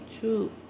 two